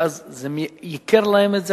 ואז זה ייקר להן את זה,